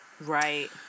Right